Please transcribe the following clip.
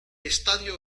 estadio